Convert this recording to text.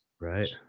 right